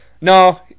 No